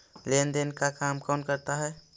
लेन देन का काम कौन करता है?